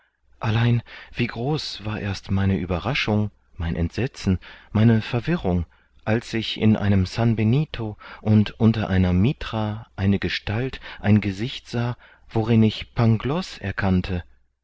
allein wie groß war erst meine ueberraschung mein entsetzen meine verwirrung als ich in einem sanbenito und unter einer mitra eine gestalt ein gesicht sah worin ich pangloß erkannte